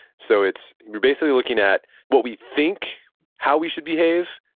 so it's basically looking at what we think how we should behave,